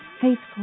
faithful